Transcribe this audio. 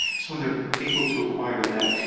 so they are able to acquire that.